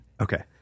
Okay